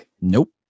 Nope